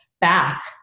back